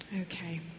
Okay